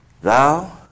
Thou